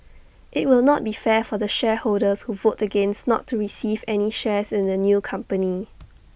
IT will not be fair for the shareholders who vote against not to receive any shares in the new company